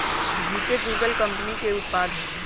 GPay Google company के उत्पाद हइ